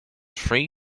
free